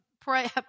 pray